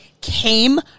came